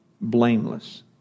blameless